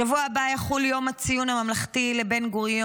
שבוע הבא יחול יום הציון הממלכתי לבן-גוריון,